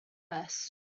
west